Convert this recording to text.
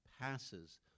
passes